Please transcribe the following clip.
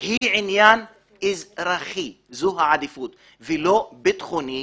היא עניין אזרחי זו העדיפות ולא ביטחוני.